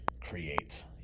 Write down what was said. creates